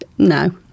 No